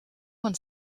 one